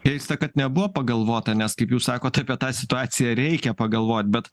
keista kad nebuvo pagalvota nes kaip jūs sakot apie tą situaciją reikia pagalvot bet